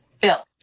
Bill